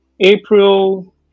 April